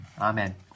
Amen